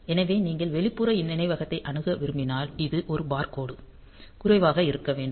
எனவே நீங்கள் வெளிப்புற நினைவகத்தை அணுக விரும்பினால் இது ஒரு பார் கோடு குறைவாக இருக்க வேண்டும்